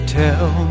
tell